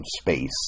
space